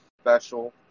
special